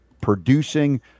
producing